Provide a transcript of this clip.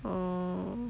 orh